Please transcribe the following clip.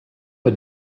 had